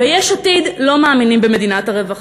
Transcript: ביש עתיד לא מאמינים במדינת הרווחה.